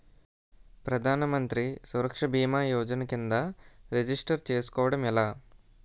ప్రధాన మంత్రి సురక్ష భీమా యోజన కిందా రిజిస్టర్ చేసుకోవటం ఎలా?